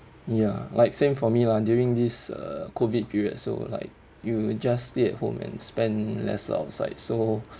ya like same for me lah during this uh COVID period so like you just stay at home and spend lesser outside so